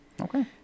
Okay